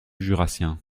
jurassien